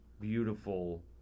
beautiful